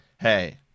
Hey